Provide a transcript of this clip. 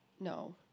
no